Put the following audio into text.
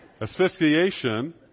asphyxiation